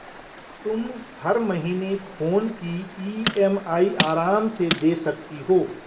तुम हर महीने फोन की ई.एम.आई आराम से दे सकती हो